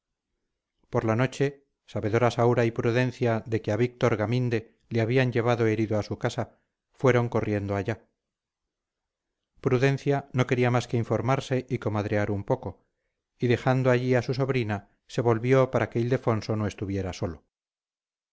por la noche sabedoras aura y prudencia de que a víctor gaminde le habían llevado herido a su casa fueron corriendo allá prudencia no quería más que informarse y comadrear un poco y dejando allí a su sobrina se volvió para que ildefonso no estuviera solo